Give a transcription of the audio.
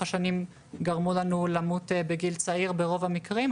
השנים גרמו לנו למות בגילך צעיר ברוב המקרים,